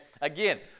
Again